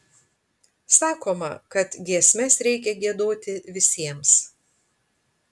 sakoma kad giesmes reikia giedoti visiems